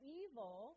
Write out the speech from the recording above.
evil